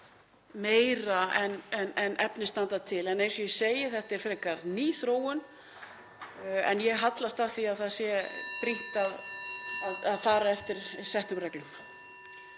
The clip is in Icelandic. meira en efni standa til. En eins og ég segi, (Forseti hringir.) þetta er frekar ný þróun en ég hallast að því að það sé brýnt að fara eftir settum reglum.